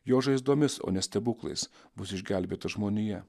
jo žaizdomis o ne stebuklais bus išgelbėta žmonija